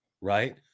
right